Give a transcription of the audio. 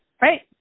right